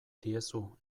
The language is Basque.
diezu